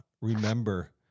remember